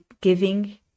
giving